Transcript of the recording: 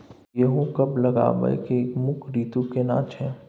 गेहूं कब लगाबै के मुख्य रीतु केना छै?